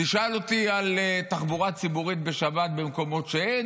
תשאל אותי על תחבורה ציבורית בשבת במקומות שאין,